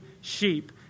sheep